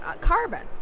carbon